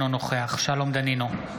אינו נוכח שלום דנינו,